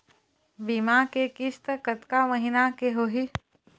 बीमा के किस्त कतका महीना के होही?